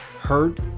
hurt